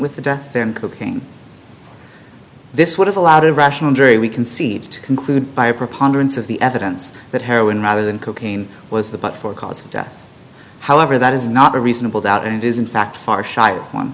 with the death and cooking this would have allowed a rational jury we concede to conclude by a preponderance of the evidence that heroin rather than cocaine was the but for cause of death however that is not a reasonable doubt